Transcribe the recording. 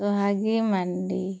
ᱥᱚᱦᱟᱜᱤ ᱢᱟᱱᱰᱤ